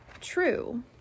true